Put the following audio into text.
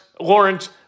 Lawrence